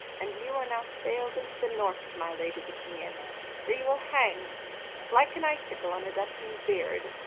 and you are now sail'd into the north of my lady's opinion where you will hang like an icicle on dutchman's beard,